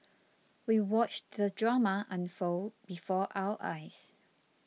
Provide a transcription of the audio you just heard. we watched the drama unfold before our eyes